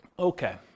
Okay